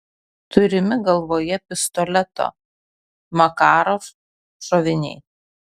turimi galvoje pistoleto makarov šoviniai